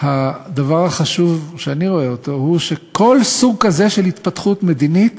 הדבר החשוב שאני רואה הוא שכל סוג כזה של התפתחות מדינית